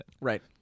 Right